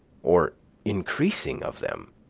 or increasing of them.